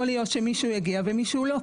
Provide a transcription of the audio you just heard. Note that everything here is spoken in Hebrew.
יכול להיות שמישהו יגיע ומישהו לא,